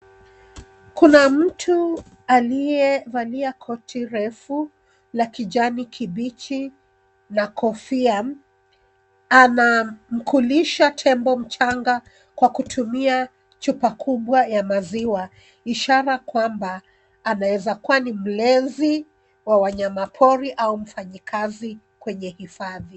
Kuna mtu aliyevalia koti refu la kijani kibichi na kofia, anamkulisha tembo mchanga kwa kutumia chupa kubwa ya maziwa. Ishara kwamba anaweza kuwa mlezi wa wanyama pori au mfanyakazi kwenye hifadhi.